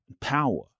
power